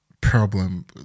problem